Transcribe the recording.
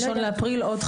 אני